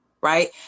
right